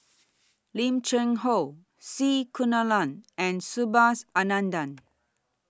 Lim Cheng Hoe C Kunalan and Subhas Anandan